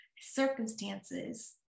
circumstances